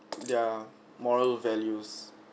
their moral values